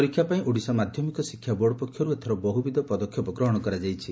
ପରୀକ୍ଷା ପାଇଁ ଓଡ଼ିଶା ମାଧ୍ଧମିକ ଶିକ୍ଷା ବୋର୍ଡ ପକ୍ଷରୁ ଏଥର ବହୁବିଧ ପଦକ୍ଷେପମାନ ଗ୍ରହଶ କରାଯାଇଛି